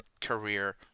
career